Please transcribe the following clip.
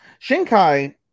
Shinkai